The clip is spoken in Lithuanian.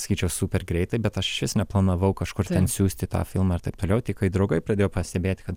sakyčiau super greitai bet aš išvis neplanavau kažkur ten siųsti tą filmą ir taip toliau tik kai draugai pradėjo pastebėti kad